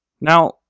Now